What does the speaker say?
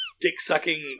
dick-sucking